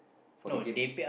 for the game